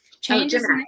changes